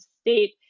state